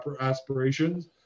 aspirations